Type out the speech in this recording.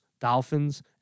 Dolphins